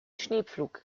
schneepflug